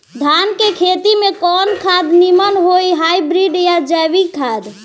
धान के खेती में कवन खाद नीमन होई हाइब्रिड या जैविक खाद?